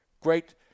Great